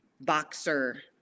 boxer